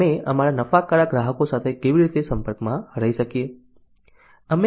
અમે અમારા નફાકારક ગ્રાહકો સાથે કેવી રીતે સંપર્કમાં રહી શકીએ